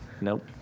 Nope